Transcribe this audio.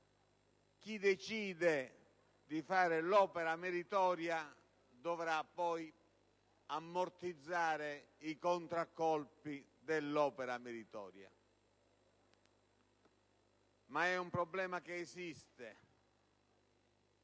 chi decide di fare l'opera meritoria dovrà poi ammortizzare i contraccolpi della stessa. Ma è un problema che esiste.